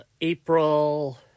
April